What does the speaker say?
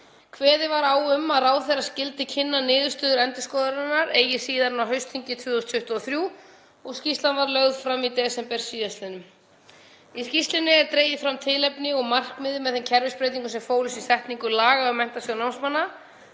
Kveðið var á um að ráðherra skyldi kynna niðurstöður endurskoðunarinnar eigi síðar en á haustþingi 2023 og skýrslan var lögð fram í desember síðastliðnum. Í skýrslunni er dregið fram tilefnið og markmiðið með þeim kerfisbreytingum sem fólust í setningu laga um Menntasjóð námsmanna.